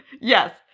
Yes